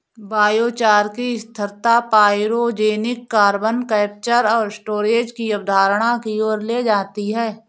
biochar की स्थिरता pyrogenic carbon capture और स्टोरेज की अवधारणा की ओर ले जाती है